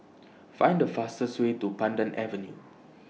Find The fastest Way to Pandan Avenue